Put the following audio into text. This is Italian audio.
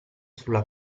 sulla